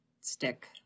stick